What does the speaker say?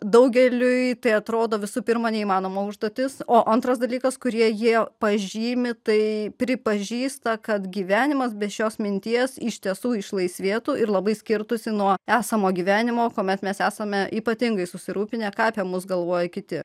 daugeliui tai atrodo visų pirma neįmanoma užduotis o antras dalykas kurie jie pažymi tai pripažįsta kad gyvenimas be šios minties iš tiesų išlaisvėtų ir labai skirtųsi nuo esamo gyvenimo kuomet mes esame ypatingai susirūpinę ką apie mus galvoja kiti